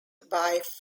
wife